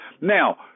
Now